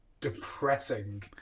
depressing